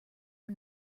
are